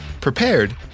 prepared